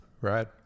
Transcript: right